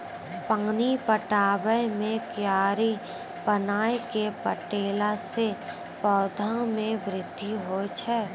पानी पटाबै मे कियारी बनाय कै पठैला से पौधा मे बृद्धि होय छै?